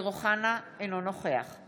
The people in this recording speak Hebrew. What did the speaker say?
אני לא צריך טובות ממך.